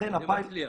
זה מצליח.